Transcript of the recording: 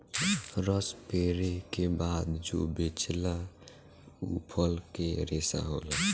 रस पेरे के बाद जो बचेला उ फल के रेशा होला